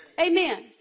Amen